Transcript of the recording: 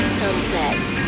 sunsets